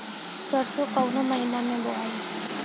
सरसो काउना महीना मे बोआई?